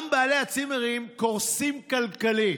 גם בעלי הצימרים קורסים כלכלית.